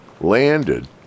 landed